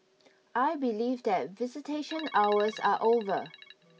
I believe that visitation hours are over